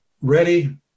ready